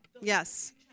Yes